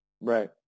right